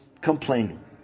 complaining